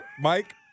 Mike